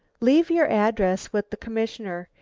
leave your address with the commissioner.